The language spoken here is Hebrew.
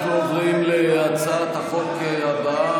אנחנו עוברים להצעת החוק הבאה: